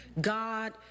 God